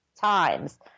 times